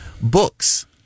books